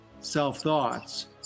self-thoughts